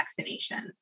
vaccinations